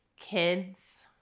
kids